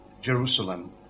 Jerusalem